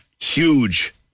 huge